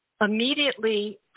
immediately